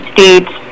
States